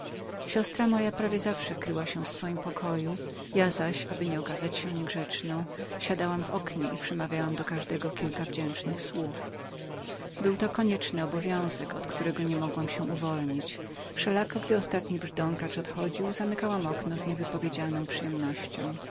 siostra moja prawie zawsze kryła się w swoim pokoju ja zaś aby nie okazać się niegrzeczną siadałam w oknie i przemawiałam do każdego kilka wdzięcznych słów był to konieczny obowiązek od którego nie mogłam się uwolnić wszelako gdy ostatni brzdąkacz odchodził zamykałam okno z niewypowiedzianą przyjemnością